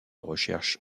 recherche